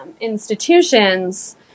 institutions